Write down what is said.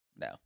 No